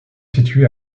situé